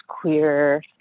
queer